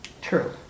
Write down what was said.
True